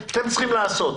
אתם צריכים לעשות.